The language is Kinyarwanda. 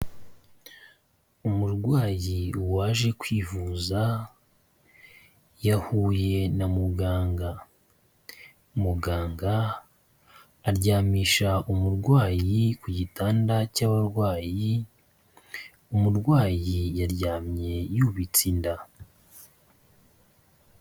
Umurwayi waje kwivuza yahuye na muganga. Muganga aryamisha umurwayi ku gitanda cy'abarwayi, umurwayi yaryamye yubitse inda.